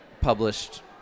published